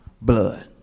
blood